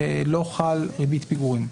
לא חלה ריבית פיגורים.